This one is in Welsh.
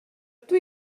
rydw